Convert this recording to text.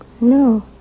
No